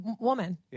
woman